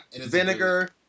Vinegar